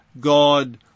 God